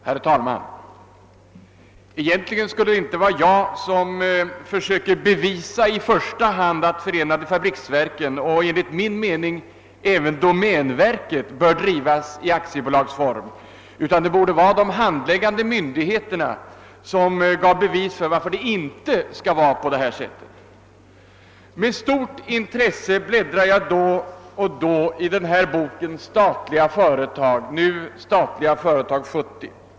Herr talman! Egentligen borde det inte vara jag som skulle försöka bevisa i första hand att förenade fabriksverken och enligt min mening även domänverket bör drivas i aktiebolagsform, utan de handläggande myndigheterna borde ge bevis för att det inte bör vara på det sättet. Med stort intresse bläddrar jag då och då i boken »Statliga företag», nu »Statliga företag 70».